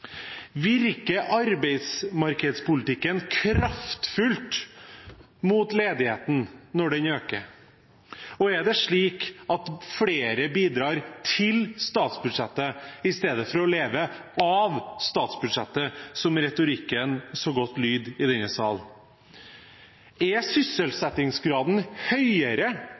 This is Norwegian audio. Virker arbeidsmarkedspolitikken kraftfullt mot ledigheten når ledigheten øker? Og er det slik at flere bidrar til statsbudsjettet i stedet for å leve av statsbudsjettet, som retorikken så godt lyder i denne sal? Er sysselsettingsgraden høyere